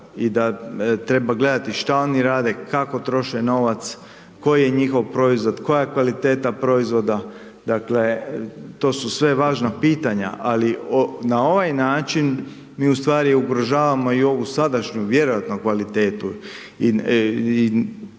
i da treba gledati šta oni rade, kako troše novac, koji je njihov proizvod, koja je kvaliteta proizvoda, dakle, to su sve važna pitanja. Ali, na ovaj način mi ustvari ugrožavamo i ovu sadašnju vjerojatno kvalitetu